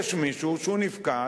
יש מישהו שהוא נפקד,